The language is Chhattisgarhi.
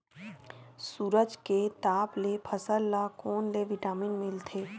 सूरज के ताप ले फसल ल कोन ले विटामिन मिल थे?